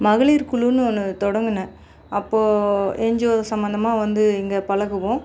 மகளிர் குழுன்னு ஒன்று தொடங்குனேன் அப்போ என்ஜிஓ சம்மந்தமாக வந்து இங்கே பழகுவோம்